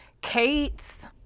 Kate's